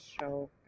show